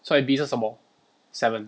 所以 B 是什么 seven